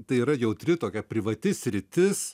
tai yra jautri tokia privati sritis